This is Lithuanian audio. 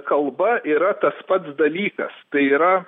kalba yra tas pats dalykas tai yra